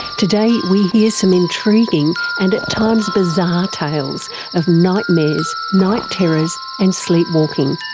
today we hear some intriguing and at times bizarre tales of nightmares, night terrors and sleepwalking.